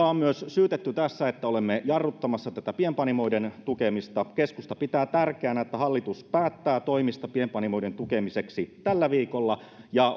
on myös syytetty siitä että olemme jarruttamassa tätä pienpanimoiden tukemista keskusta pitää tärkeänä että hallitus päättää toimista pienpanimoiden tukemiseksi tällä viikolla ja